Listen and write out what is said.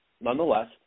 nonetheless